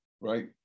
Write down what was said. right